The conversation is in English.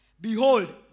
behold